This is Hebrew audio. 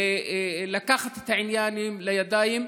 לקחת את העניינים לידיים: